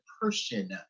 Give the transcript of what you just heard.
person